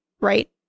right